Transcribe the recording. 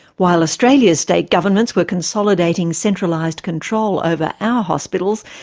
while australia's state governments were consolidating centralised control over our hospitals,